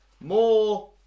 More